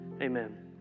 amen